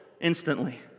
instantly